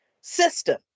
system